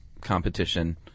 competition